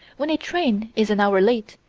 when a train is an hour late,